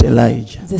Elijah